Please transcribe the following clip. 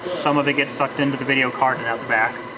some of it gets sucked into the video card and out the back.